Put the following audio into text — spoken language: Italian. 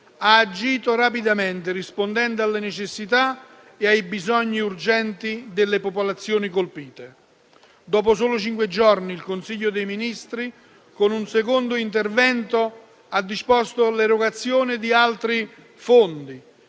ha agito rapidamente, rispondendo alle necessità e ai bisogni urgenti delle popolazioni colpite. Dopo soli cinque giorni, il Consiglio dei ministri, con un secondo intervento, ha disposto l'erogazione di altri fondi